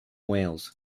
wales